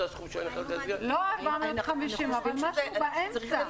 לא 450 שקלים, אבל משהו באמצע.